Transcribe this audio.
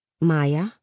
Maya